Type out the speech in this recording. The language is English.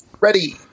Ready